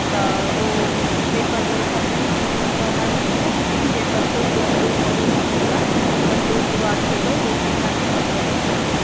ओ ताहिपर दरोगा कहैत छथिन मतलब अनारवती कहैत छथिन जे कतहु जा कए मरओ मुँहझौँसा कतहु जूआ खेलओ ओहिसँ हमरा नहि मतलब यए तहन ओ